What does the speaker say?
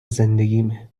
زندگیمه